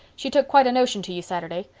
she took quite a notion to you saturday.